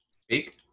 speak